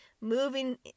moving